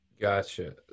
gotcha